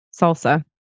salsa